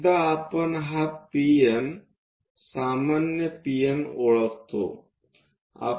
एकदा आपण हा PNसामान्य PN ओळखतो